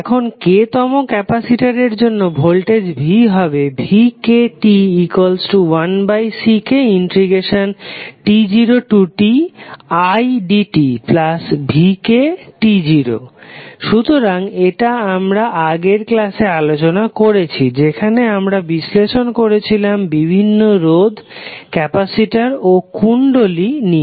এখন k তম ক্যাপাসিটরের জন্য ভোল্টেজ v হবে vkt1Ckt0tidtvk সুতরাং এটা আমরা আগের ক্লাসে আলোচনা করেছি যেখানে আমরা বিশ্লেষণ করেছিলাম বিভিন্ন রোধ ক্যাপাসিটর ও কুণ্ডলী নিয়ে